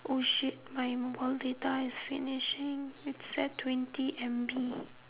oh shit my mobile data is finishing it's at twenty M_B